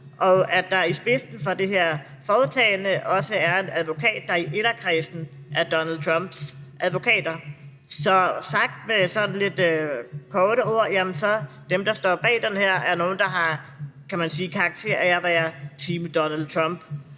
og at der i spidsen for det her foretagende også er en advokat, der er i inderkredsen blandt Donald Trumps advokater. Så sagt med sådan lidt få ord, så er de, der står bag den her, nogle, der har, kan man sige, karakter af at være Team Donald Trump.